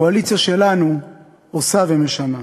הקואליציה שלנו עושה ומשנה.